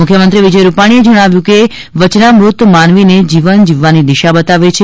મુખ્યમંત્રી વિજય રૂપાણી જણાવ્યું છે કે વચનામૃત માનવીને જીવન જીવવાની દિશા બતાવે છે